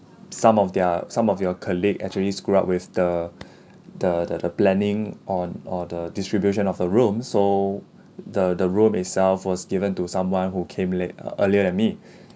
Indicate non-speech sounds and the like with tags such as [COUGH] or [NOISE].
some of their some of your colleague actually screw up with the [BREATH] the the the planning on or the distribution of the room so the the room itself was given to someone who came late uh earlier than me [BREATH]